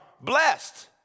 blessed